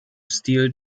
stil